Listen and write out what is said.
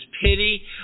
pity